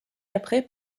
après